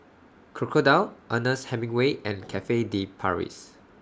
Crocodile Ernest Hemingway and Cafe De Paris